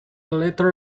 later